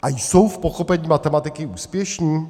A jsou v pochopení matematiky úspěšní?